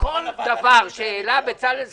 שכל דבר שהעלו בצלאל סמוטריץ'